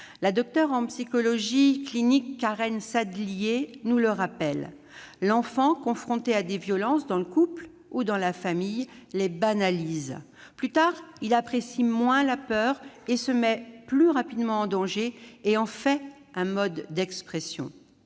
La docteure en psychologie clinique Karen Sadlier nous le rappelle. L'enfant confronté à des violences, dans le couple ou dans la famille, les banalise. Plus tard, il apprécie moins bien la peur et se met plus rapidement en danger et en fait un mode d'expression.